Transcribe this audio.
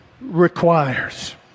requires